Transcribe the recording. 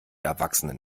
erwachsenen